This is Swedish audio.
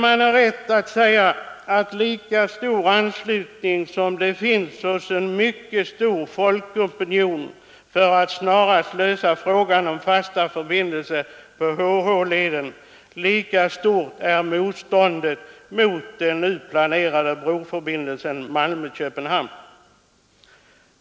Man har rätt att säga att lika stor som anslutningen är hos folkopinionen för en snar lösning av frågan om fasta förbindelser på HH-leden, lika stort är motståndet mot den nu planerade broförbindelsen mellan Malmö och Köpenhamn.